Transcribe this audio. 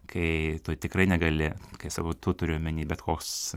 kai tu tikrai negali kai savo tu turiu omeny bet koks